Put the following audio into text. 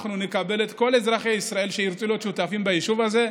אנחנו נקבל את כל אזרחי ישראל שירצו להיות שותפים ביישוב הזה.